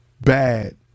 bad